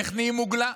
איך נהיים מוגלה?